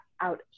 out